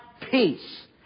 peace